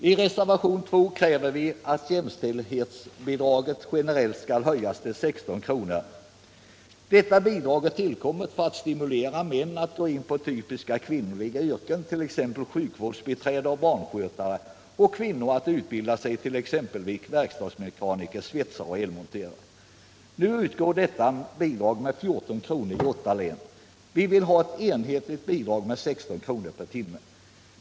I reservation 2 kräver vi att jämställdhetsbidraget generellt höjs till 16 kr. Detta bidrag har tillkommit för att stimulera män att gå in på typiskt kvinnliga yrken, som t.ex. sjukvårdsbiträden och barnskötare, och kvinnor att utbilda sig till exempelvis verkstadsmekaniker, svetsare och elmontörer. Nu utgår detta bidrag med 14 kr. i åtta län. Vi vill ha ett enhetligt bidrag med 16 kr. per timme.